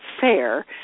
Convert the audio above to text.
fair